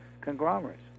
conglomerates